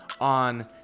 on